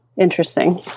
interesting